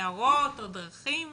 הערות או דרכים